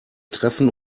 treffen